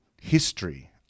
History